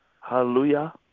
Hallelujah